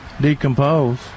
decompose